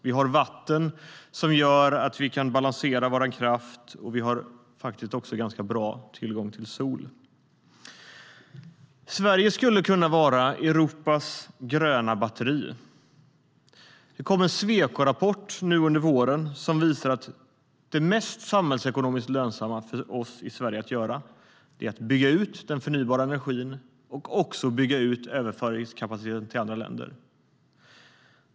Vi har vatten som gör att vi kan balansera vår kraft. Vi har faktiskt också ganska bra tillgång till sol. Sverige skulle kunna vara Europas gröna batteri. Det kom en Swecorapport nu under våren som visar att det mest samhällsekonomiskt lönsamma för oss i Sverige är att bygga ut den förnybara energin och bygga ut överföringskapaciteten till andra länder.